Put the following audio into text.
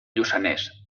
lluçanès